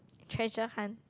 treasure hunt